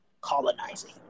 colonizing